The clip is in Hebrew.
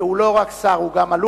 מאת חברי הכנסת רונית תירוש,